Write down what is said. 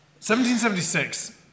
1776